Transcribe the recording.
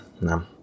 no